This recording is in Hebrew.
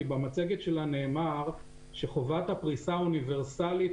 במצגת שלה נאמר שחובת הפריסה אוניברסלית